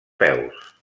peus